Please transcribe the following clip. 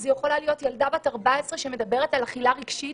זו יכולה להיות ילדה בת 14 שמדברת על אכילה רגשית